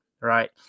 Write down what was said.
right